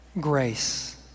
Grace